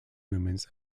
movements